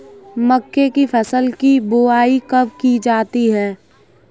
मक्के की फसल की बुआई कब की जाती है?